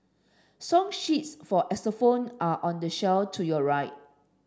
song sheets for xylophone are on the shelf to your right